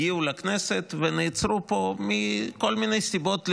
הגיעו לכנסת ונעצרו פה מכל מיני סיבות,